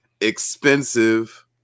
expensive